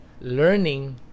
learning